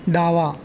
डावा